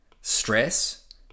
stress